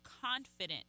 confident